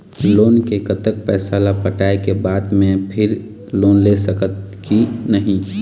Loan के कतक पैसा ला पटाए के बाद मैं फिर लोन ले सकथन कि नहीं?